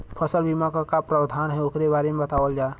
फसल बीमा क का प्रावधान हैं वोकरे बारे में बतावल जा?